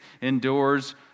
endures